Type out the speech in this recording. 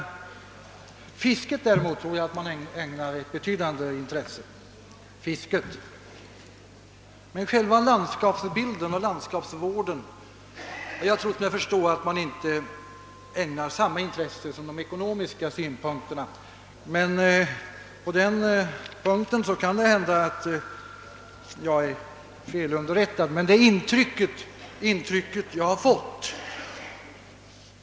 Fisket däremot tror jag att vattendomstolarna ägnar ett betydande intresse. Jag har trott mig förstå, att själva landskapsbilden och landskapsvården inte ägnas samma intresse som de ekonomiska synpunkterna. På den punkten kan det hända att jag är felunderrättad, men detta är det intryck jag har fått.